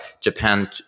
Japan